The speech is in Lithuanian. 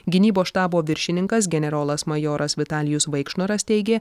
gynybos štabo viršininkas generolas majoras vitalijus vaikšnoras teigė